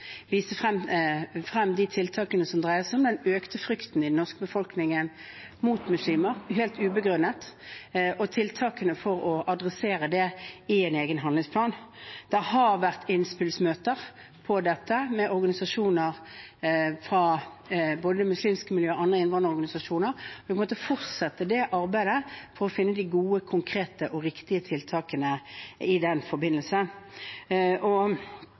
frem de tiltakene som dreier seg om den økte frykten i den norske befolkningen mot muslimer – helt ubegrunnet – og tiltakene for å adressere det, i en egen handlingsplan. Det har vært innspillsmøter om dette med både muslimske organisasjoner og andre innvandrerorganisasjoner, og vi må fortsette arbeidet for å finne de gode, konkrete og riktige tiltakene i den forbindelse. Dette er i og